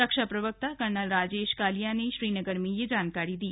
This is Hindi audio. रक्षा प्रवक्ता कर्नल राजेश कालिया ने श्रीनगर में यह जानकारी दी